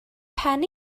pen